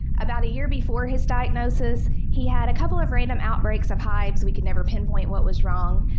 about a year before his diagnosis, he had a couple of random outbreaks of hives we can never pinpoint what was wrong.